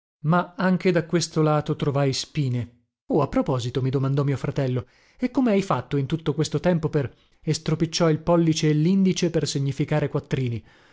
ma anche da questo lato trovai spine oh a proposito mi domandò mio fratello e come hai fatto in tutto questo tempo per e stropicciò il pollice e lindice per significare quattrini